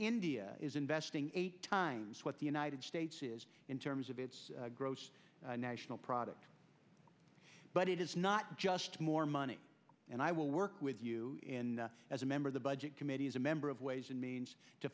india is investing eight times what the united states is in terms of its gross national product but it is not just more money and i will work with you as a member of the budget committee as a member of ways and means to